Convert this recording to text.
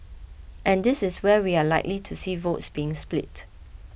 and this is where we are likely to see votes being split